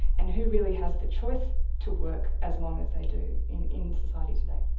and who really has the choice to work as long as they do in in society today.